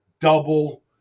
double